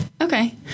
Okay